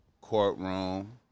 courtroom